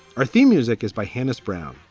our theme music is by hani's brown.